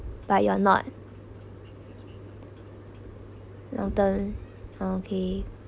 but you're not long term okay